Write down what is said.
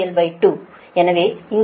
எனவே இங்கே ZC ZY